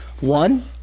One